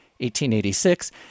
1886